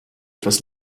etwas